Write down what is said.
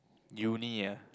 uni ah